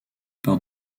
par